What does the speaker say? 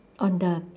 on the